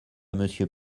monsieur